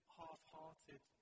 half-hearted